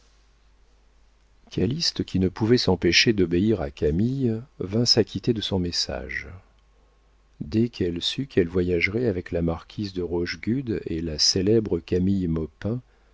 places calyste qui ne pouvait s'empêcher d'obéir à camille vint s'acquitter de son message dès qu'elle sut qu'elle voyagerait avec la marquise de rochegude et la célèbre camille